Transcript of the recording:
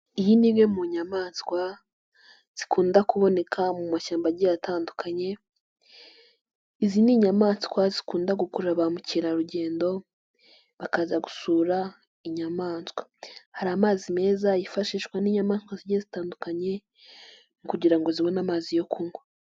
Iyi ni imwe mu nyamaswa zikunda kuboneka mu mashyamba agiye atandukanye, izi ni inyamaswa zikunda gukurura ba mukerarugendo bakaza gusura inyamaswa, hari amazi meza yifashishwa n'inyamaswa zigiye zitandukanye kugira ngo zibone amazi yo kunywa.